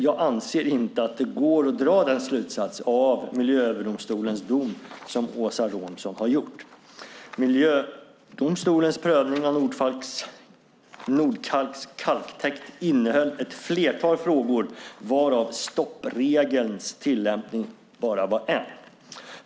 Jag anser inte att det går att dra den slutsats av Miljööverdomstolens dom som Åsa Romson har gjort. Miljödomstolens prövning av Nordkalks kalktäkt innehöll ett flertal frågor varav stoppregelns tillämpning endast var en.